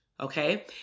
Okay